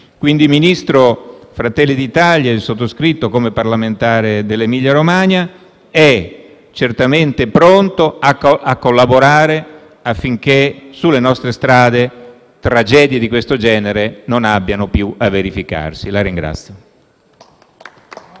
Signor Ministro, Fratelli d'Italia e il sottoscritto, come parlamentare dell'Emilia-Romagna, sono certamente pronti a collaborare affinché sulle nostre strade tragedie di questo genere non abbiano più a verificarsi. *(Applausi